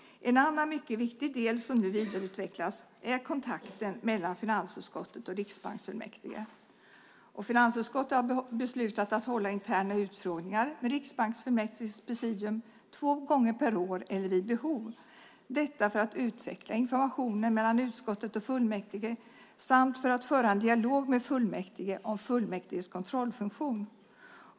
En annan mycket viktig del som nu vidareutvecklas är kontakten mellan finansutskottet och riksbanksfullmäktige. Finansutskottet har beslutat att hålla interna utfrågningar med riksbanksfullmäktiges presidium två gånger per år eller vid behov för att utveckla informationen mellan utskottet och fullmäktige och för att föra en dialog med fullmäktige om fullmäktiges kontrollfunktion.